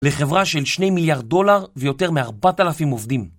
לחברה של 2 מיליארד דולר ויותר מ-4,000 עובדים